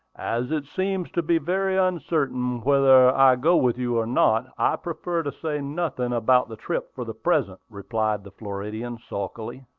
as it seems to be very uncertain whether i go with you or not, i prefer to say nothing about the trip for the present, replied the floridian, sulkily.